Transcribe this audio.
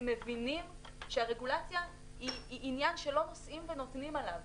הם מבינים שהרגולציה היא עניין שלא נושאים ונותנים עליו.